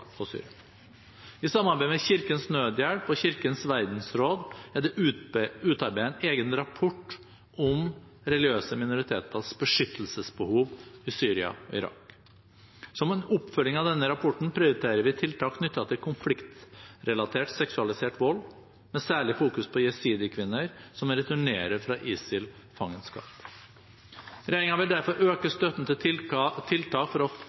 og Syria. I samarbeid med Kirkens Nødhjelp og Kirkenes Verdensråd er det utarbeidet en egen rapport om religiøse minoriteters beskyttelsesbehov i Syria og Irak. Som en oppfølging av denne rapporten prioriterer vi tiltak knyttet til konfliktrelatert seksualisert vold, med særlig fokus på jesidiekvinner som returnerer fra ISIL-fangenskap. Regjeringen vil derfor øke støtten til tiltak for